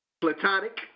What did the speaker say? Platonic